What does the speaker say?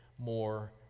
more